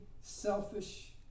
selfish